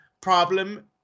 problem